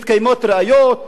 מוצגות ראיות,